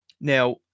Now